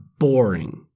Boring